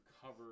cover